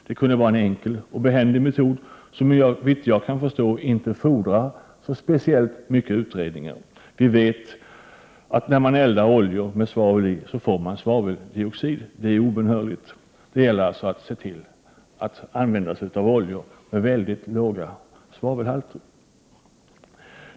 Det kunde vara en enkel och behändig metod som, såvitt jag kan förstå, inte fordrar speciellt mycket utredning. Vi vet att när man eldar oljor med svavel i får man svaveldioxid; det är obönhörligt. Det gäller alltså att se till att man använder sig av oljor med låga svavelhalter.